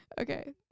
Okay